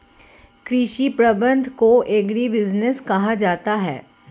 कृषि प्रबंधन को एग्रीबिजनेस कहा जाता है